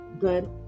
good